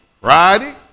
Friday